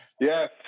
Yes